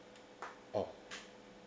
oh